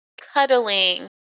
cuddling